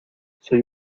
soy